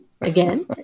again